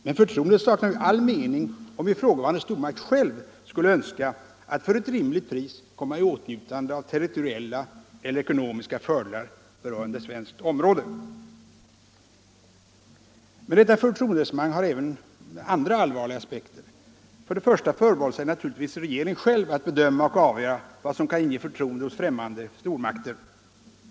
Men förtroendet saknar ju all mening om ifrågavarande stormakt själv skulle önska att för ett rimligt pris komma i åtnjutande av territoriella eller ekonomiska fördelar, berörande svenskt område. Men detta förtroenderesonemang har även andra allvarliga aspekter. För det första förbehåller sig naturligtvis regeringen själv att bedöma och avgöra vad som kan inge förtroende hos främmande stormakter.